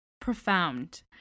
profound